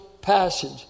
passage